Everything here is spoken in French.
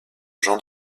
jean